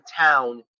town